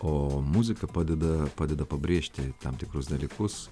o muzika padeda padeda pabrėžti tam tikrus dalykus